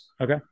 Okay